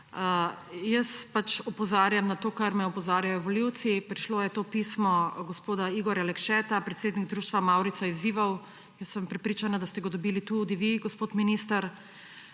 Jaz pač opozarjam na to, na kar me opozarjajo volivci. Prišlo je to pismo gospoda Igorja Lekšana, predsednika Društva mavrica izzivov. Prepričana sem, da ste ga dobili tudi vi, gospod minister.